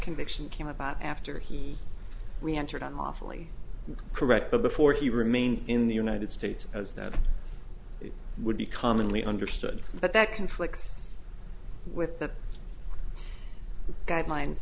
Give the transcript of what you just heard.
conviction came about after he we entered an awfully correct but before he remained in the united states as that would be commonly understood but that conflicts with the guidelines